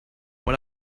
when